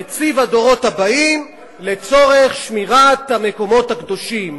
נציב הדורות הבאים לצורך שמירת המקומות הקדושים,